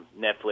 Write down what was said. Netflix